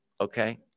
Okay